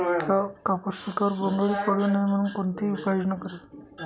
कापूस पिकावर बोंडअळी पडू नये म्हणून कोणती उपाययोजना करावी?